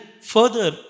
further